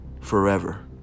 forever